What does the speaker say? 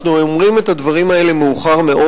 אנחנו אומרים את הדברים האלה מאוחר מאוד.